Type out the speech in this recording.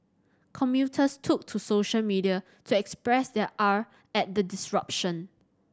commuters took to social media to express their ire at the disruption